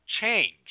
change